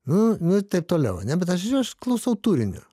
nu nu ir taip toliau ane bet aš aš klausau turinio